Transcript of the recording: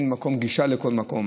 אין גישה לכל מקום,